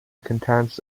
contents